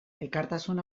elkartasun